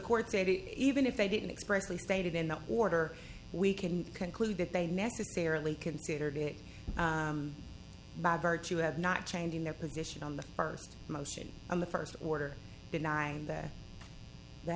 date even if they didn't express lee stated in the order we can conclude that they necessarily considered it by virtue of not changing their position on the first motion in the first order denying that the